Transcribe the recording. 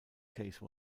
case